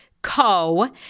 Co